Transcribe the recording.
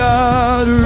God